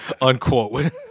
Unquote